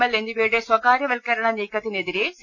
L എന്നിവയുടെ സ്ഥകാര്യവത്കരണ നീക്കത്തി നെതിരെ സി